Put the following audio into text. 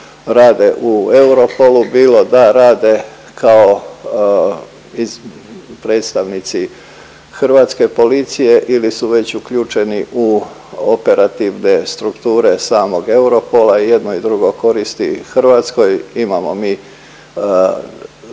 u Europolu, bilo da rade kao predstavnici hrvatske policije ili su već uključeni u operativne strukture samog Europola, i jedno i drugo koristi Hrvatskoj, imamo mi